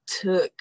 took